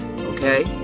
okay